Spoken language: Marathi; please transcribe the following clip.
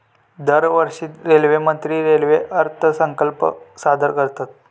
दरवर्षी रेल्वेमंत्री रेल्वे अर्थसंकल्प सादर करतत